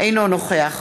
אינו נוכח